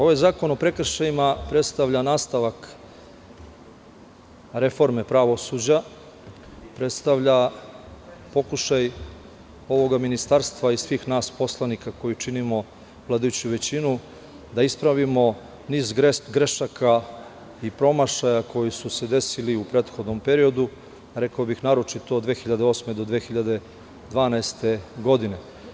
Ovaj Zakon o prekršajima predstavlja nastavak reforme pravosuđa, predstavlja pokušaj ovoga ministarstva i svih nas poslanika koji činimo vladajuću većinu, da ispravimo niz grešaka i promašaja koji su se desili u prethodnom periodu, rekao bih naročito od 2008. do 2012. godine.